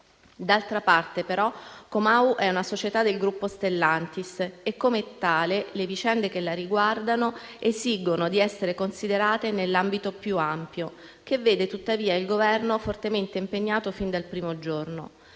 D'altra parte, però, Comau è una società del gruppo Stellantis e, come tale, le vicende che la riguardano esigono di essere considerate nell'ambito più ampio, che vede tuttavia il Governo fortemente impegnato fin dal primo giorno.